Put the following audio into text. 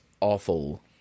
awful